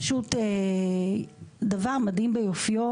פשוט דבר מדהים ביופיו,